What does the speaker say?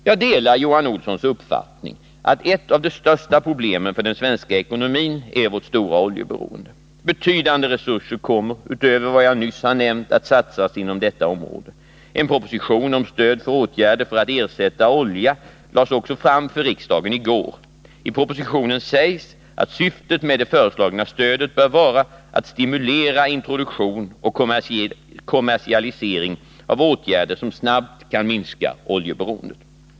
Jag delar Johan A. Olssons uppfattning att ett av de största problemen för den svenska ekonomin är vårt stora oljeberoende. Betydande resurser kommer, utöver vad jag nyss har nämnt, att satsas inom detta område. En proposition om stöd för åtgärder för att ersätta olja lades också fram för riksdagen i går. I propositionen sägs att syftet med det föreslagna stödet bör vara att stimulera introduktion och kommersialisering av åtgärder som snabbt kan minska oljeberoendet.